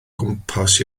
gwmpas